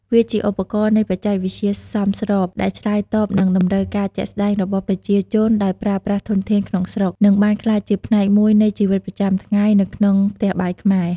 វាជាឧទាហរណ៍នៃបច្ចេកវិទ្យាសមស្រប ដែលឆ្លើយតបនឹងតម្រូវការជាក់ស្តែងរបស់ប្រជាជនដោយប្រើប្រាស់ធនធានក្នុងស្រុក និងបានក្លាយជាផ្នែកមួយនៃជីវិតប្រចាំថ្ងៃនៅក្នុងផ្ទះបាយខ្មែរ។